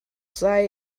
sei